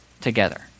together